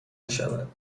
میشود